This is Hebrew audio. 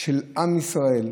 של עם ישראל,